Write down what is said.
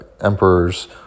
emperors